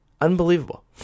Unbelievable